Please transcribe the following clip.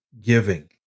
giving